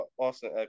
Austin